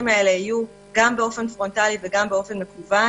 האלה יהיו גם באופן פרונטלי וגם באופן מקוון